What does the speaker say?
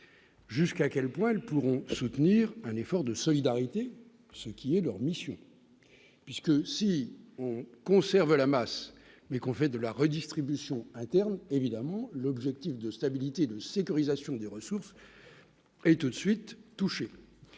jusqu'à quel point elles pourront soutenir un effort de solidarité, ce qui est leur mission, puisque si on conserve la masse mais qu'on fait de la redistribution interne évidemment l'objectif de stabilité de sécurisation des ressources. Et tout de suite touché